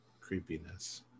creepiness